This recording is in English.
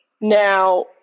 Now